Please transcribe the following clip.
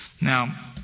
Now